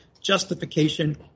justification